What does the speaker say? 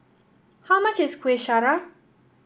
how much is Kuih Syara